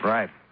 Right